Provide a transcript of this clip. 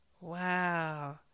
Wow